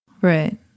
Right